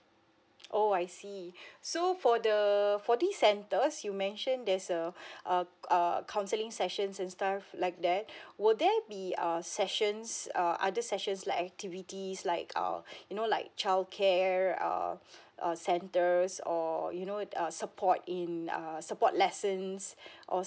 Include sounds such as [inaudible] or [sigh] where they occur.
oh I see so for the for these centers you mention there's a uh err counselling sessions and stuff like that will there be err sessions uh other sessions like activities like err you know like childcare err [breath] uh centers or you know err support in err support lessons or